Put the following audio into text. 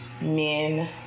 men